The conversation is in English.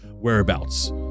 whereabouts